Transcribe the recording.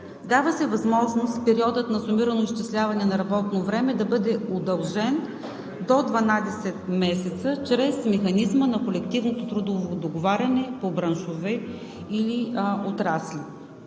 Дава се възможност периодът на сумирано изчисляване на работно време да бъде удължен до 12 месеца чрез Механизма на колективното трудово договаряне по браншови отрасли.